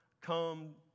come